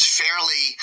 fairly